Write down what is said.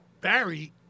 Barry